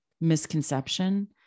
misconception